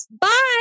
Bye